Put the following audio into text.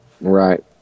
right